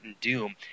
doom